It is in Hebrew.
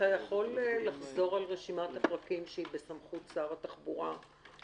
תוכל לחזור על רשימת הפרקים שהם בסמכות שר התחבורה,